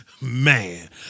Man